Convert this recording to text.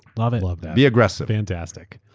love it. love that. be aggressive. fantastic.